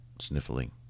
Sniffling